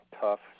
tough